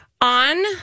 On